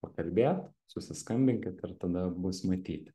pakalbėt susiskambinkit ir tada bus matyti